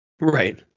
right